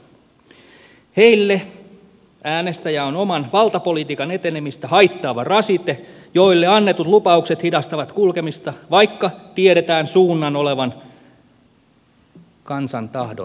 heille äänestäjä on oman valtapolitiikan etenemistä haittaava rasite jolle annetut lupaukset hidastavat kulkemista vaikka tiedetään suunnan olevan kansan tahdon vastainen